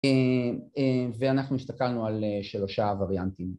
‫ואנחנו הסתכלנו על שלושה וריאנטים.